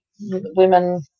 women